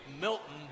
Milton